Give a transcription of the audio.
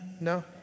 No